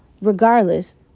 Regardless